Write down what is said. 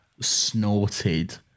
snorted